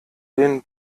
den